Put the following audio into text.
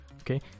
Okay